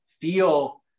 feel